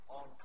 on